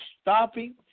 stopping